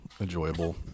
enjoyable